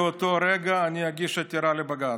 באותו רגע אני אגיש עתירה לבג"ץ.